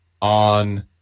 on